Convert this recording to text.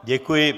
Děkuji.